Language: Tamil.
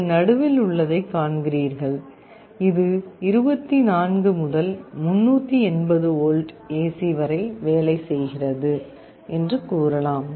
நீங்கள் நடுவில் உள்ளதை காண்கிறீர்கள் இது 24 முதல் 380 வோல்ட் AC வரை வேலை செய்கிறது என்று கூறலாம்